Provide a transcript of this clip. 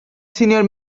senior